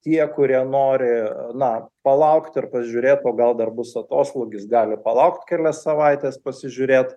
tie kurie nori labiau na palaukt ir pažiūrėt o gal dar bus atoslūgis gali palaukt kelias savaites pasižiūrėt